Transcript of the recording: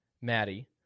Maddie